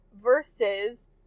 versus